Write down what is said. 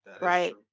Right